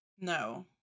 No